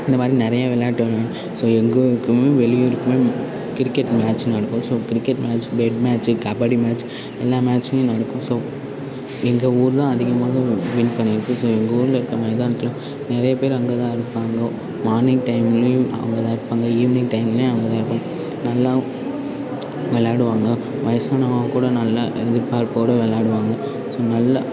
இந்த மாதிரி நிறையா விளையாட்டும் ஸோ எங்கள் ஊருக்கும் வெளியூருக்கும் கிரிக்கெட் மேட்ச் நடக்கும் so cricket match bet match kabaddi match எல்லா மேட்ச்சும் நடக்கும் ஸோ எங்கள் ஊர்தான் அதிகமாக வின் பண்ணியிருக்குது ஸோ எங்கள் ஊரில் இருக்கிற மைதானத்தில் நிறையா பேர் அங்கேதா இருப்பாங்க மார்னிங் டைம்லேயும் அங்கேதா இருப்பாங்க ஈவினிங் டைம்லேயும் அங்கேதா இருப்பாங்க நல்லா விளையாடுவாங்க வயதானவங்க கூட நல்ல எதிர்பார்ப்போடு விளையாடுவாங்க ஸோ நல்ல